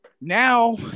Now